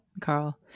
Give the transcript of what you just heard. Carl